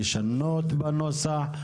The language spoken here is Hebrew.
לשנות בנוסח,